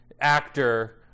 actor